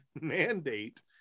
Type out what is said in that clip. mandate